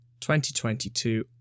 2022